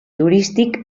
turístic